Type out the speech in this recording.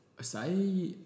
say